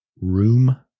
room